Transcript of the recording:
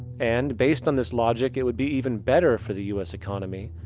and, based on this logic it would be even better for the us economy.